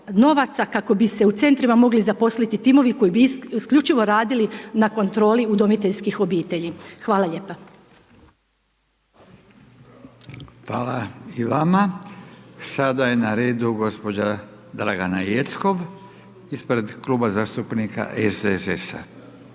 kako bi se u centrima mogli zaposliti timovi koji bi isključivo radili na kontroli udomiteljskih obitelji. Hvala lijepa. **Radin, Furio (Nezavisni)** Hvala i vama. Sada je na redu gospođa Dragana Jeckov ispred Kluba zastupnika SDSS-a.